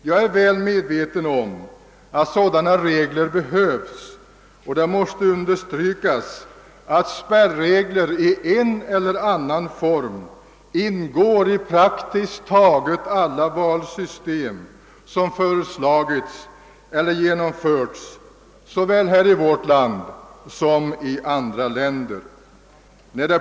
Jag är väl medveten om att sådana regler behövs, och det måste understrykas att spärregler i en eller annan form ingår i praktiskt taget alla valsystem som föreslagits eller genomförts såväl i vårt land som i andra länder.